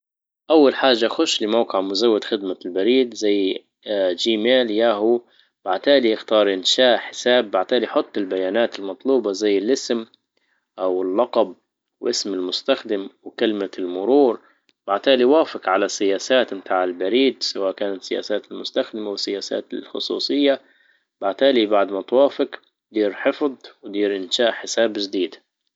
اول حاجة اخش لموقع مزود خدمة البريد زي جي ميل ياهو وعتالي اختار انشاء حساب بعتالي احط البيانات المطلوبة زي الاسم او اللقب واسم المستخدم وكلمة المرور بعتالي اوافق على سياسات متاع البريد سواء كانت سياسات المستخدم وسياسات الخصوصية باعتالي بعد ما توافج بينحفض دير إنشاء حساب جديد